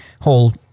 whole